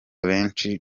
benshi